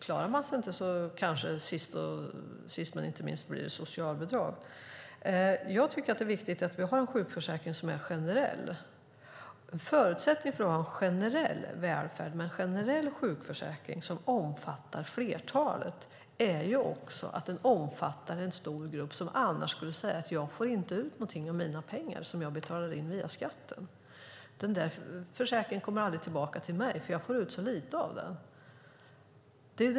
Klarar man sig inte blir det kanske till sist socialbidrag. Jag tycker att det är viktigt att vi har en sjukförsäkring som är generell. En förutsättning för att ha en generell välfärd med en generell sjukförsäkring som omfattar flertalet är också att den omfattar en stor grupp som annars skulle säga: Jag får inte ut någonting av de pengar som jag betalar in via skatten. Den där försäkringen kommer aldrig tillbaka till mig eftersom jag får ut så lite av den.